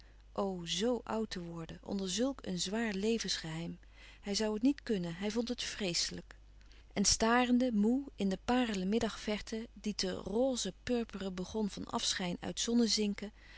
zoo oud te worden onder zulk een zwaar levensgeheim hij zoû het niet kunnen hij vond het vreeslijk en starende moê in de parelen middagverte die te rozepurperen begon van afschijn uit zonnezinken